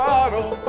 Bottle